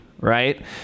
right